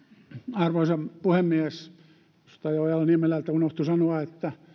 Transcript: arvoisa puhemies edustaja ojala niemelältä unohtui sanoa että